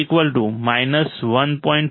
4 R1 C205dt 1